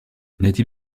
natif